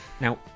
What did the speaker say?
Now